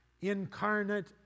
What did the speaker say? incarnate